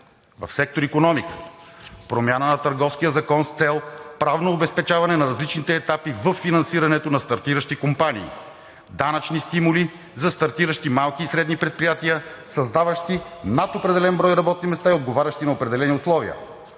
В сектор „Икономика“ – промяна на Търговския закон с цел правно обезпечаване на различните етапи във финансирането на стартиращи компании; данъчни стимули за стартиращи малки и средни предприятия, създаващи над определен брой работни места и отговарящи на определени условия;